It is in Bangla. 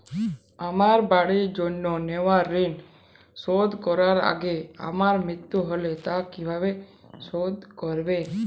আমার বাড়ির জন্য নেওয়া ঋণ শোধ করার আগে আমার মৃত্যু হলে তা কে কিভাবে শোধ করবে?